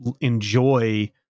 enjoy